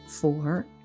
Four